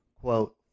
quote